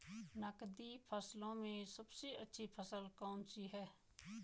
नकदी फसलों में सबसे अच्छी फसल कौन सी है?